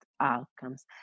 outcomes